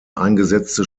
eingesetzte